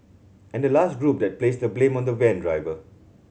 and the last group that placed the blame on the van driver